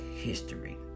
history